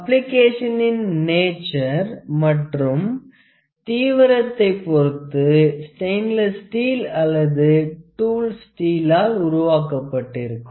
அப்ளிகேஷணனின் nature மற்றும் தீவிரத்தைப் பொருத்து ஸ்டெயன்லெஸ் ஸ்டீல் அல்லது டூல் ஸ்டீளால் உருவாக்கப்பட்டிருக்கும்